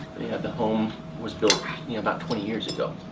the home was built yeah about twenty years ago.